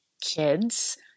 kids